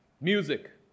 Music